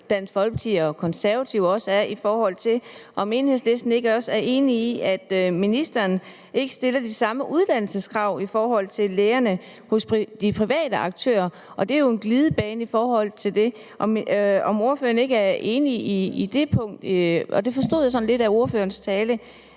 Dansk Folkeparti og Konservative, altså at Enhedslisten også er enig i, at ministeren ikke stiller de samme uddannelseskrav til lægerne hos de private aktører, og at det jo er en glidebane i forhold til det. Er ordføreren ikke enig i det? Det forstod jeg sådan lidt af ordførerens tale